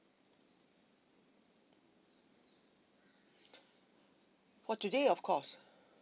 for today of course